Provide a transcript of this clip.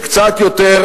וקצת יותר